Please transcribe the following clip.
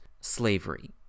slavery